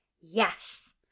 Yes